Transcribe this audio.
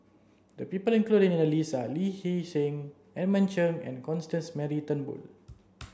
the people included in Lee Hee Seng Edmund Cheng and Constance Mary Turnbull